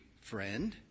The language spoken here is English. Friend